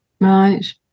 Right